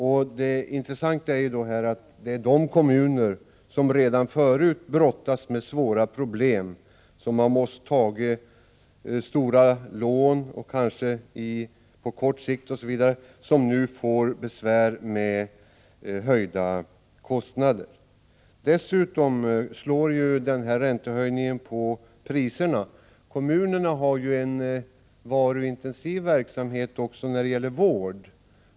Det intressanta är att det är kommuner som redan förut brottas med svåra problem — och som har måst ta stora lån — som nu får besvär med höjda kostnader. Dessutom slår den här räntehöjningen på priserna. Kommunerna har ju en varuintensiv verksamhet också när det gäller vård.